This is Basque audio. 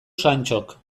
santxok